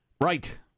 Right